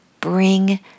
bring